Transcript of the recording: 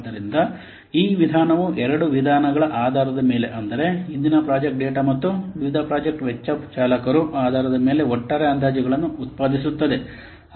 ಆದ್ದರಿಂದ ಈ ವಿಧಾನವು ಎರಡು ವಿಷಯಗಳ ಆಧಾರದ ಮೇಲೆ ಅಂದರೆ ಹಿಂದಿನ ಪ್ರಾಜೆಕ್ಟ್ ಡೇಟಾ ಮತ್ತು ವಿವಿಧ ಪ್ರಾಜೆಕ್ಟ್ ವೆಚ್ಚ ಚಾಲಕರು ಆಧಾರದ ಮೇಲೆ ಒಟ್ಟಾರೆ ಅಂದಾಜುಗಳನ್ನು ಉತ್ಪಾದಿಸುತ್ತದೆ